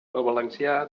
valencià